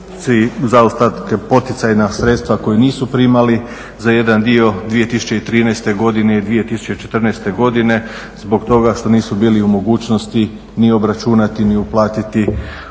zaostala poticajna sredstva koja nisu primali za jedan dio 2013. godine i 2014. godine zbog toga što nisu bili u mogućnosti ni obračunati ni uplatiti one